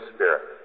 Spirit